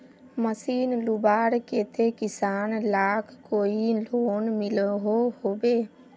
Machine लुबार केते किसान लाक कोई लोन मिलोहो होबे?